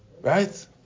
right